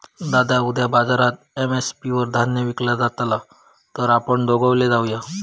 दादा उद्या बाजारात एम.एस.पी वर धान्य विकला जातला तर आपण दोघवले जाऊयात